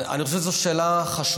אני חושב שזאת שאלה חשובה.